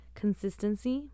：consistency 。